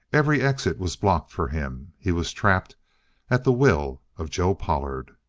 every exit was blocked for him. he was trapped at the will of joe pollard!